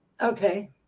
Okay